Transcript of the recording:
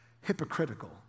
hypocritical